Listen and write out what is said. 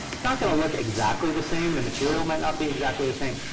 it's not going to look exactly the same. the material might not be exactly the same.